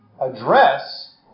address